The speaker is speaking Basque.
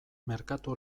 merkatu